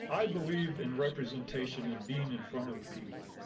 i believe in representation and being in front of the people.